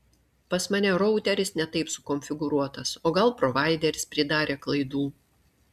pas mane routeris ne taip sukonfiguruotas o gal provaideris pridarė klaidų